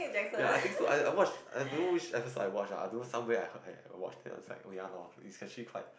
ya I think so I I watch I don't know which episode I watch lah I don't know somewhere I heard I watched it it's like ya lor it's actually quite